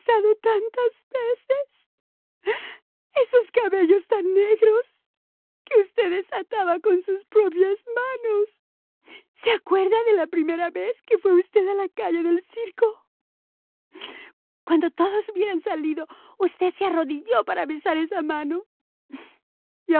esos cabellos tan negros que usted desataba con sus propias manos se acuerda de la primera vez que fue usted a la calle del circo cuando todos hubieron salido usted se arrodilló para besar esa mano